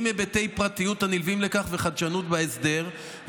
עם היבטי פרטיות הנלווים לכך וחדשנות בהסדר,